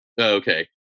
Okay